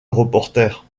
reporter